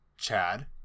Chad